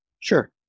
Sure